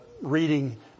reading